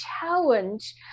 challenge